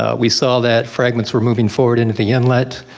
ah we saw that fragments were moving forward into the inlet.